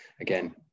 again